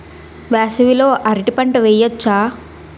వేసవి లో అరటి పంట వెయ్యొచ్చా?